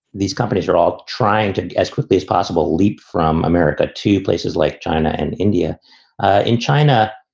these companies are all trying to, as quickly as possible, leap from america to places like china and india and china.